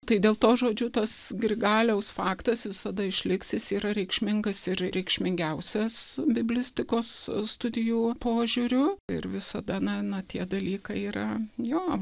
tai dėl to žodžiu tas grigaliaus faktas visada išliks jis yra reikšmingas ir reikšmingiausias biblistikos studijų požiūriu ir visada na na tie dalykai yra jo